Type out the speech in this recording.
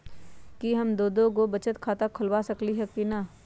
कि हम दो दो गो बचत खाता खोलबा सकली ह की न?